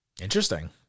Interesting